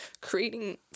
creating